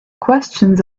questions